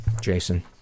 Jason